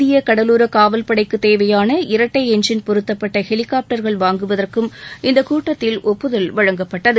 இந்தியக் கடலோர காவல்படைக்குத் தேவையான இரட்டை என்ஜின் பொருத்தப்பட்ட ஹெலிகாப்டர்கள் வாங்குவதற்கும் இந்தக் கூட்டத்தில் ஒப்புதல் வழங்கப்பட்டது